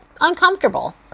uncomfortable